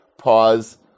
pause